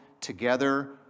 together